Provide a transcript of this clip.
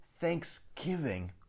thanksgiving